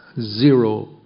zero